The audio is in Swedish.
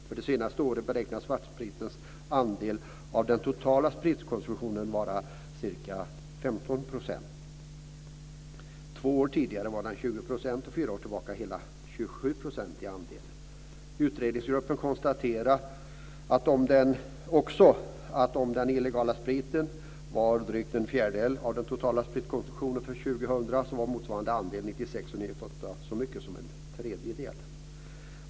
För det senaste året beräknas svartspritens andel av den totala spritkonsumtionen vara ca 15 %. Två år tidigare var den 20 %, och fyra år tillbaka hela 27 %. Utredningsgruppen konstaterar att om den illegala spriten var drygt en fjärdedel av den totala spritkonsumtionen för 2000 var motsvarande andel 1996 och 1998 så mycket som en tredjedel.